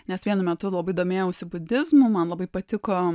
nes vienu metu labai domėjausi budizmu man labai patiko